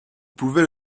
pouvait